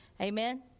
Amen